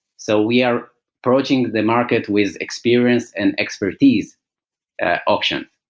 so we are approaching the market with experience and expertise ah options.